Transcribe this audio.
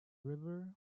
river